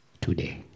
today